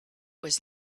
was